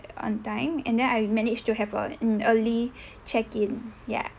on time and then I managed to have a an early check in ya